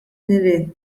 nirien